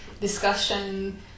discussion